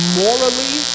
morally